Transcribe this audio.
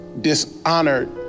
dishonored